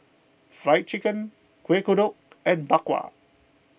Fried Chicken Kueh Kodok and Bak Kwa